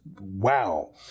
wow